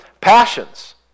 passions